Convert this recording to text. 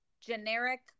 generic